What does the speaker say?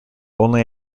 only